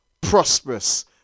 prosperous